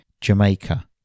Jamaica